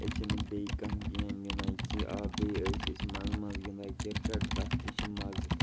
أسۍ چھِنہٕ بیٚیہِ کانٛہہ گیم گِنٛدان کینٛہہ آ بیٚیہِ ٲسۍ أسۍ منٛزٕ منٛزٕ گِنٛدان کِرکَٹ تَتھ تہِ چھِ مَزٕ